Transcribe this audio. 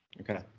Okay